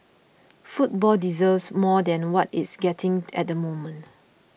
football deserves more than what it's getting at the moment